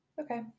Okay